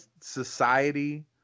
society